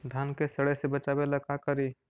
धान के सड़े से बचाबे ला का करि?